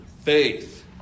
faith